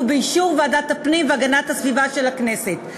באישור ועדת הפנים והגנת הסביבה של הכנסת.